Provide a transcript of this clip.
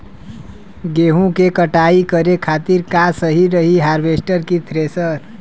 गेहूँ के कटाई करे खातिर का सही रही हार्वेस्टर की थ्रेशर?